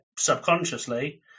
subconsciously